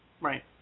Right